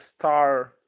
star